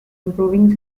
improving